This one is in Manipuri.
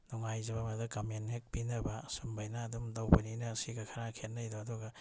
ꯅꯨꯡꯉꯥꯏꯖꯕ ꯃꯗꯨꯗ ꯀꯝꯃꯦꯟ ꯍꯦꯛ ꯄꯤꯅꯕ ꯁꯨꯝꯕꯒꯤꯅ ꯑꯗꯨꯝ ꯇꯧꯕꯅꯤꯅ ꯑꯁꯤꯒ ꯈꯔ ꯈꯦꯠꯅꯩꯗꯣ ꯑꯗꯨꯒ